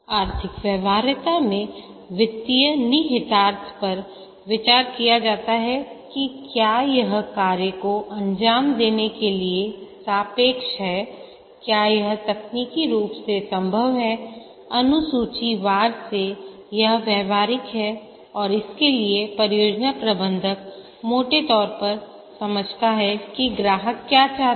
आर्थिक व्यवहार्यता में वित्तीय निहितार्थ पर विचार किया जाता है कि क्या यह कार्य को अंजाम देने के लिए सापेक्ष है क्या यह तकनीकी रूप से संभव है अनुसूची वार से यह व्यवहारिक है और इसके लिए परियोजना प्रबंधक मोटे तौर पर समझता है कि ग्राहक क्या चाहता है